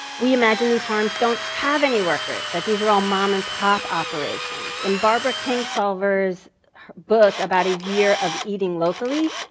we imagine these farms don't have any workers. that these are all mom and pop operations. in barbara kingsolver's book about a year of eating locally,